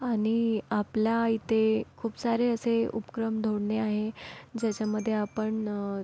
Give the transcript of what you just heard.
आणि आपल्या इथे खूप सारे असे उपक्रम धोरणे आहे ज्याच्यामध्ये आपण